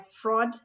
fraud